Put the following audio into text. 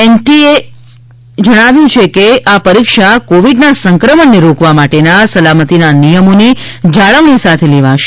એનટીએએ જણાવ્યું છે કે આ પરીક્ષા કોવિડના સંક્રમણને રોકવા માટેના સલામતીના નિયમોની જાળવણી સાથે લેવાશે